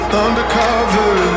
undercover